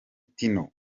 tino